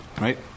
Right